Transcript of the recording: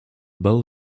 bell